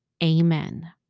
amen